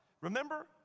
Remember